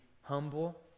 humble